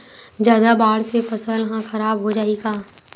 जादा बाढ़ से फसल ह खराब हो जाहि का?